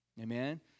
Amen